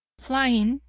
flying,